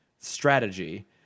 strategy